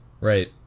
right